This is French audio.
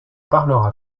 parlera